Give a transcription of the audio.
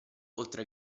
oltre